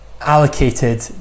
allocated